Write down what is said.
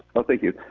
thank you.